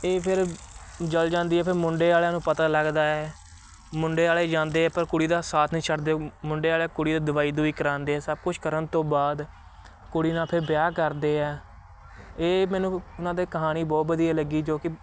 ਇਹ ਫਿਰ ਜਲ ਜਾਂਦੀ ਹੈ ਫਿਰ ਮੁੰਡੇ ਵਾਲਿਆਂ ਨੂੰ ਪਤਾ ਲੱਗਦਾ ਹੈ ਮੁੰਡੇ ਵਾਲੇ ਜਾਂਦੇ ਆ ਪਰ ਕੁੜੀ ਦਾ ਸਾਥ ਨਹੀਂ ਛੱਡਦੇ ਮੁੰਡੇ ਵਾਲੇ ਕੁੜੀ ਨੂੰ ਦਵਾਈ ਦਵੂਈ ਕਰਾਉਂਦੇ ਆ ਸਭ ਕੁਛ ਕਰਨ ਤੋਂ ਬਾਅਦ ਕੁੜੀ ਨਾਲ ਫਿਰ ਵਿਆਹ ਕਰਦੇ ਆ ਇਹ ਮੈਨੂੰ ਉਹਨਾਂ ਦੇ ਕਹਾਣੀ ਬਹੁਤ ਵਧੀਆ ਲੱਗੀ ਕਿਉਂਕਿ ਜੋ ਕਿ